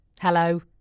Hello